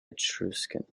etruscan